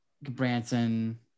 Branson